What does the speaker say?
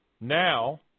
Now